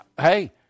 Hey